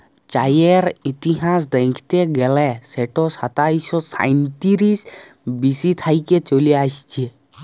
চাঁয়ের ইতিহাস দ্যাইখতে গ্যালে সেট সাতাশ শ সাঁইতিরিশ বি.সি থ্যাইকে চলে আইসছে